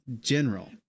general